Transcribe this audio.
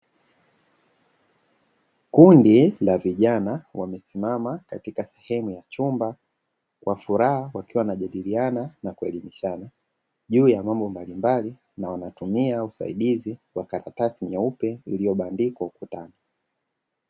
Kundi la vijana wamesimama katika sehemu ya chumba kwa furaha wakiwa wanajadilia na kuelimishana, juu ya mambo mbalimbali na wanatumia usaidizi wa karatasi nyeuspe iliyobandikwa ukutani.